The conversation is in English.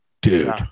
dude